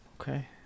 Okay